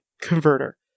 converter